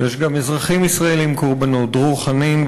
ויש גם אזרחים ישראלים קורבנות: דרור חנין,